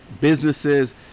businesses